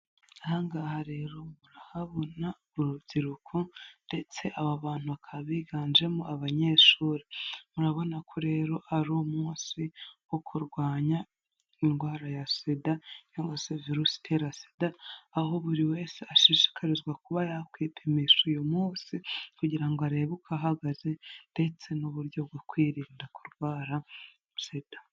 Aha ngaha rero murahabona urubyiruko ndetse aba bantu bakaba biganjemo abanyeshuri, murabona ko rero ari umunsi wo kurwanya indwara ya SIDA cyangwa se Virusi itera SIDA, aho buri wese ashishikarizwa kuba yakwipimisha uyu munsi kugira ngo arebe uko ahagaze ndetse n'uburyo bwo kwirinda kurwara SIDA.